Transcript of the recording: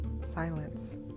silence